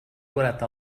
كرة